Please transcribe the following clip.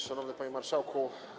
Szanowny Panie Marszałku!